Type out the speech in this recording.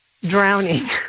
Drowning